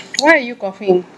why are you coughing